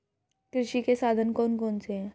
कृषि के साधन कौन कौन से हैं?